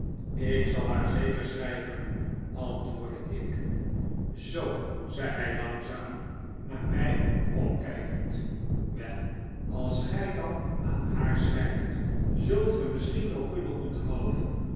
ik zal haar zeker schrijven antwoordde ik zoo zei hij langzaam naar mij omkijkend wel als gij dan aan haar schrijft zult ge misschien wel kunnen onthouden